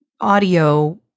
audio